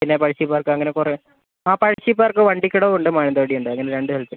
പിന്നെ പഴശ്ശി പാർക്ക് അങ്ങനെ കുറേ ആ പഴശ്ശി പാർക്ക് വണ്ടിക്കടവും ഉണ്ട് മാനന്തവാടിയും ഉണ്ട് അങ്ങനെ രണ്ട് സ്ഥലത്തുണ്ട്